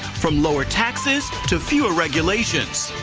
from lower taxes to fewer regulations.